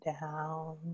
down